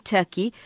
Turkey